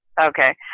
Okay